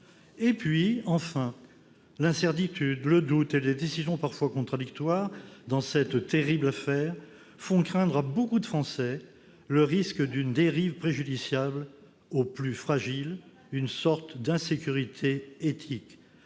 Par ailleurs, l'incertitude, le doute et les décisions parfois contradictoires dans cette terrible affaire font craindre à beaucoup de Français le risque d'une dérive préjudiciable aux plus fragiles, une sorte d'insécurité éthique.